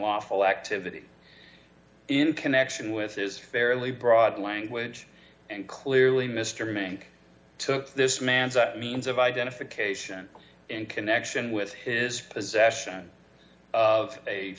lawful activity in connection with is fairly broad language and clearly mr mink took this man's means of identification in connection with his possession of a